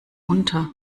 unter